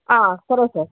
సరే సార్